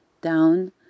down